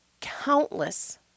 countless